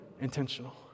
Intentional